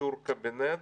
אישור קבינט,